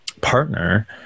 partner